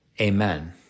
amen